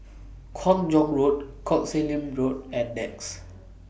Kung Chong Road Koh Sek Lim Road and Nex